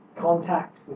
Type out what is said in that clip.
contact